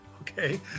Okay